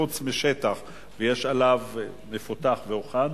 חוץ משטח שהוא מפותח והוכן,